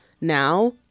now